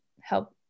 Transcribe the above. help